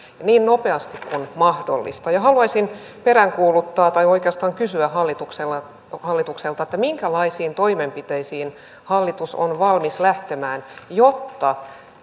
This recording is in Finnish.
niin nopeasti kuin mahdollista ja haluaisin peräänkuuluttaa tai oikeastaan kysyä hallitukselta minkälaisiin toimenpiteisiin hallitus on valmis lähtemään jotta